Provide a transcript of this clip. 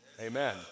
Amen